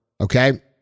okay